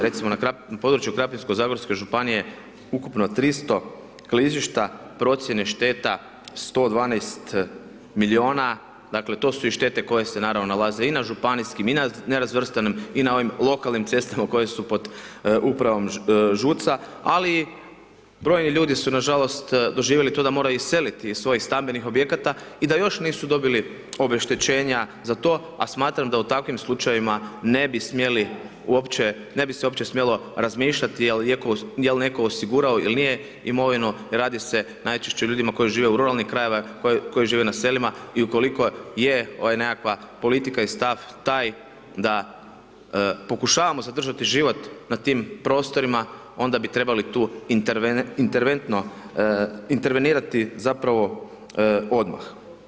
Recimo, na području Krapinsko-zagorske županije ukupno 300 klizišta, procjene šteta 112 milijuna, dakle, to su i štete koje se naravno, nalaze i na županijskim i na nerazvrstanim i na ovim lokalnim cestama koje su pod upravom ŽUC-a, ali brojni ljudi su nažalost doživjeli to da moraju iseliti iz svojih stambenih objekata i da još nisu dobili obeštećenja za to, a smatram da u takvim slučajevima ne bi smjeli uopće, ne bi se uopće smjelo razmišljati je li netko osigurao ili nije imovinu, radi se najčešće o ljudima koji žive u ruralnim krajevima, koji žive na selima i ukoliko je ovaj nekakva politika i stav taj da pokušavamo zadržati život na tim prostorima, onda bi trebali tu interventno, intervenirati zapravo odmah.